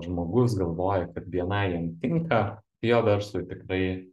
žmogus galvoja kad bni jam tinka jo verslui tikrai